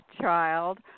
Child